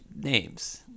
names